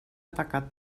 tacat